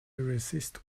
resist